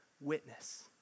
witness